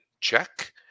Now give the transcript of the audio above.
check